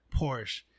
Porsche